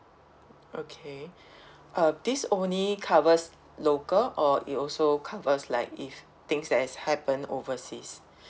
okay uh this only covers local or it also covers like if things that has happen overseas